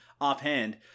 offhand